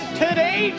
today